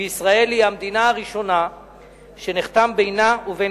וישראל היא המדינה הראשונה שנחתם בינה ובין